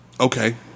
Okay